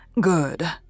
Good